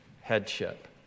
headship